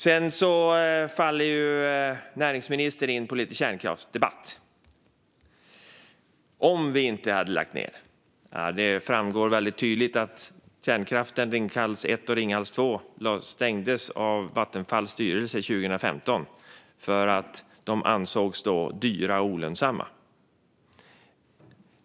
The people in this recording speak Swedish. Sedan faller näringsministern in på lite kärnkraftsdebatt och diskuterar hur det hade varit om vi inte hade lagt ned kärnkraft. Men det framgår väldigt tydligt att Ringhals 1 och 2 stängdes av Vattenfalls styrelse 2015 för att de reaktorerna då ansågs dyra och olönsamma.